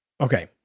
Okay